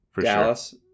Dallas